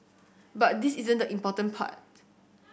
but this isn't the important part